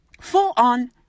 full-on